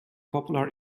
popular